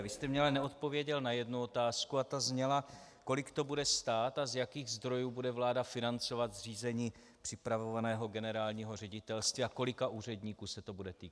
Vy jste mně ale neodpověděl na jednu otázku a ta zněla: Kolik to bude stát a z jakých zdrojů bude vláda financovat zřízení připravovaného generálního ředitelství a kolika úředníků se to bude týkat?